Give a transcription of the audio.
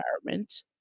environment